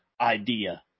idea